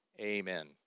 Amen